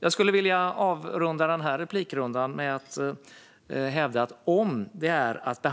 Jag skulle vilja avrunda mitt inlägg med att hävda att